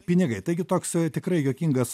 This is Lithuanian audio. pinigai taigi toks tikrai juokingas